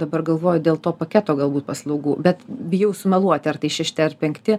dabar galvoju dėl to paketo galbūt paslaugų bet bijau sumeluoti ar tai šešti ar penkti